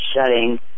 shutting